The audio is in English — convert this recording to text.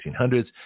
1800s